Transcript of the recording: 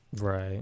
Right